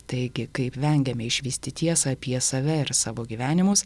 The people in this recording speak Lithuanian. taigi kaip vengiame išvysti tiesą apie save ir savo gyvenimus